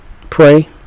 pray